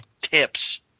tips